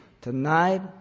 tonight